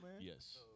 Yes